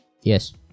Yes